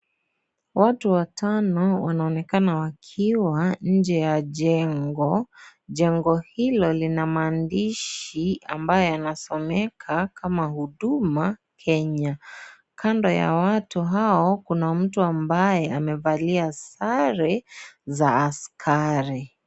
Watu watano wanaonekana wakiwa nje ya jengo. Jengo hilo lina maandishi ambaye yanasomeka kama; Huduma Kenya. Kando ya watu hao, kuna mtu ambaye amevalia sare za askari.